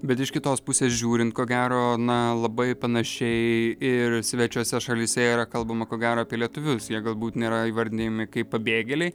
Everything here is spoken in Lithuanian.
bet iš kitos pusės žiūrint ko gero na labai panašiai ir svečiose šalyse yra kalbama ko gero apie lietuvius jie galbūt nėra įvardijami kaip pabėgėliai